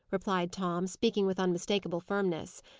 replied tom, speaking with unmistakable firmness.